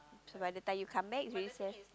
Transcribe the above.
so by the time you come back is already se~